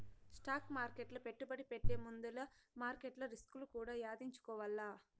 stock మార్కెట్ల పెట్టుబడి పెట్టే ముందుల మార్కెట్ల రిస్కులు కూడా యాదించుకోవాల్ల